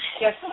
Yes